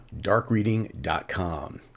darkreading.com